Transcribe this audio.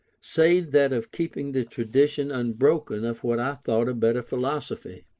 save that of keeping the tradition unbroken of what i thought a better philosophy.